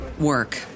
Work